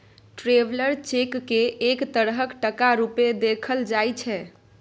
traveller cheque केँ एक तरहक टका रुपेँ देखल जाइ छै